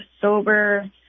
sober